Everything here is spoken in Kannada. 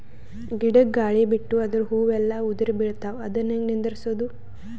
ಗಿಡಕ, ಗಾಳಿ ಬಿಟ್ಟು ಅದರ ಹೂವ ಎಲ್ಲಾ ಉದುರಿಬೀಳತಾವ, ಅದನ್ ಹೆಂಗ ನಿಂದರಸದು?